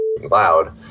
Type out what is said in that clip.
loud